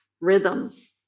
rhythms